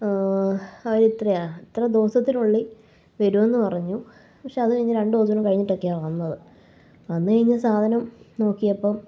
അതെത്രയാ ഇത്ര ദിവസത്തിനുള്ളിൽ വരുമെന്ന് പറഞ്ഞു പക്ഷെ അത് കഴിഞ്ഞ് രണ്ട് ദിവസം കഴിഞ്ഞിട്ടൊക്കെയാ വന്നത് വന്ന് കഴിഞ്ഞ് സാധനം നോക്കിയപ്പം